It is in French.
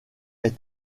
est